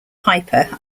piper